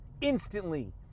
Instantly